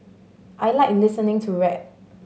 I like listening to rap